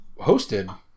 hosted